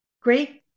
Great